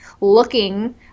looking